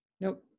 Nope